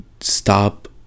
stop